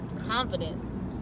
confidence